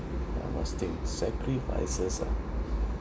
ya must think sacrifices ah